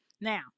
Now